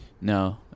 No